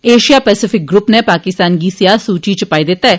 Asia Pacific group नै पाकिस्तान गी स्याह सुची इच पाई दिता ऐ